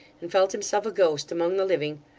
and felt himself a ghost among the living,